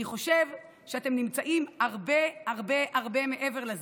אני חושב שאתם נמצאים הרבה הרבה הרבה מעבר לזה.